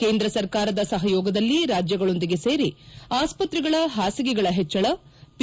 ಕೇಂದ್ರ ಸರ್ಕಾರದ ಸಹಯೋಗದಲ್ಲಿ ರಾಜ್ಯಗಳೊಂದಿಗೆ ಸೇರಿ ಆಸ್ಪತ್ರೆಗಳ ಹಾಸಿಗೆಗಳ ಹೆಚ್ಗಳ ಪಿ